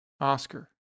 Oscar